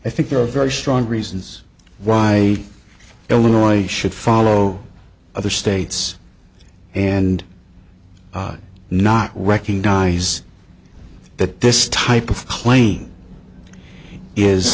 i think there are very strong reasons why illinois should follow other states and not recognize that this type of claim is